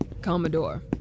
Commodore